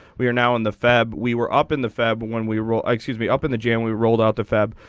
we are now in the fab we were up in the fab when we roll excuse me up in the jam we rolled out the fab.